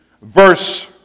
Verse